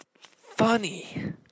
funny